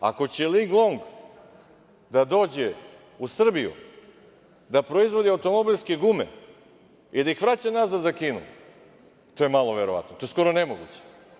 Ako će "Linglong" da dođe u Srbiju da proizvodi automobilske gume i da ih vraća nazad za Kinu, to je malo verovatno, skoro nemoguće.